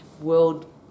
world